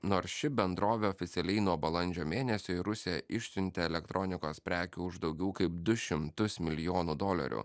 nors ši bendrovė oficialiai nuo balandžio mėnesio į rusiją išsiuntė elektronikos prekių už daugiau kaip du šimtus milijonų dolerių